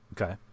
Okay